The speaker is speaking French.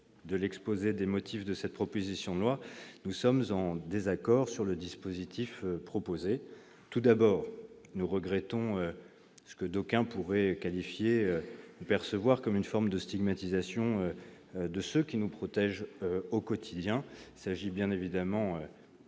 de l'exposé des motifs de cette proposition de loi, nous sommes en désaccord sur le dispositif proposé. Tout d'abord, nous regrettons ce que d'aucuns pourraient percevoir comme une forme de stigmatisation de ceux qui nous protègent au quotidien. Il s'agit bien évidemment